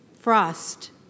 Frost